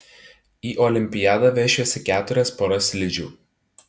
į olimpiadą vešiuosi keturias poras slidžių